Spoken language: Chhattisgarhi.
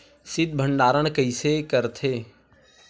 शीत भंडारण कइसे करथे?